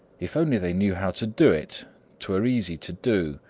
if only they knew how to do it twere easy to do.